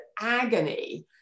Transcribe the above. agony